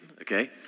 okay